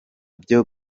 byo